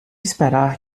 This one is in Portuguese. esperar